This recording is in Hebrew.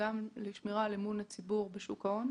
ובשמירה על אמון הציבור בשוק ההון.